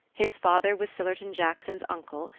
his father was sillerton jackson's uncle,